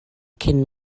cyn